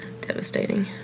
devastating